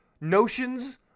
notions